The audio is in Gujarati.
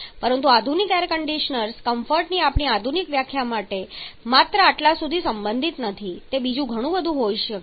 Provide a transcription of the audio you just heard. પરંતુ આધુનિક એર કંડિશનર્સ કમ્ફર્ટની આપણી આધુનિક વ્યાખ્યા માત્ર આટલા સુધી મર્યાદિત નથી તે બીજું ઘણું પણ હોઈ શકે છે